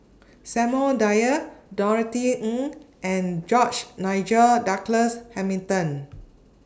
Samuel Dyer Norothy Ng and George Nigel Douglas Hamilton